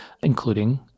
including